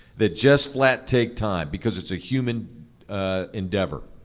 that just flat take time because it's a human endeavor.